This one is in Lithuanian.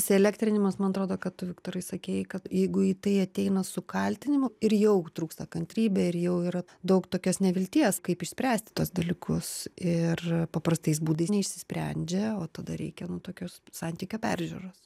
įsielektrinimas man atrodo kad tu viktorai sakei kad jeigu į tai ateina su kaltinimu ir jau trūksta kantrybė ir jau yra daug tokios nevilties kaip išspręsti tuos dalykus ir paprastais būdais neišsisprendžia o tada reikia tokios santykio peržiūros